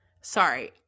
Sorry